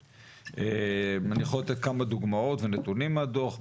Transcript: אני יכול לתת כמה דוגמאות ונתונים מהדוח.